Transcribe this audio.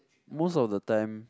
most of the time